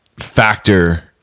factor